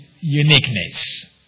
uniqueness